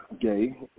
gay